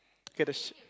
okay the sh~